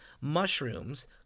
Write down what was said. mushrooms